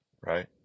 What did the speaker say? right